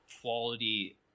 quality